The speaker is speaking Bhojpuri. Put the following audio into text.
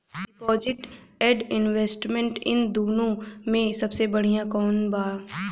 डिपॉजिट एण्ड इन्वेस्टमेंट इन दुनो मे से सबसे बड़िया कौन बा?